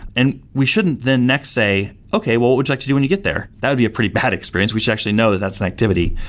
and we shouldn't then next say, okay, well what would you like to do when you get there? that would be a pretty bad experience. we should actually know that that's an activity,